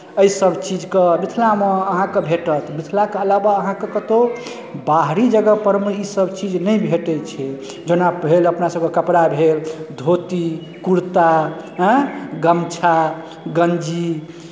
एहि सभ चीजके मिथिलामे अहाँकेँ भेटत मिथिलाके अलावा अहाँके कतहु बाहरी जगहसभ परमे ईसभ चीज नहि भेटैत छै जेना भेल अपनासभके कपड़ा भेल धोती कुर्ता एँ गमछा गंजी